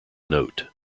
note